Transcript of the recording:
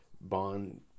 Bond